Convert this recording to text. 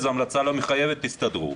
היא לא מחייבת - תסתדרו.